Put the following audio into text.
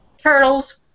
turtles